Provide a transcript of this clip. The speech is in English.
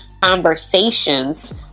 conversations